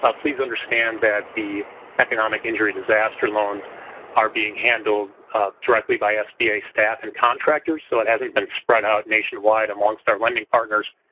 but please understand that the economic injury disaster loans are being handled directly by sba staff and contractors, so it hasn't been spread out nationwide amongst our lending partners.